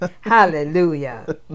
Hallelujah